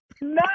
No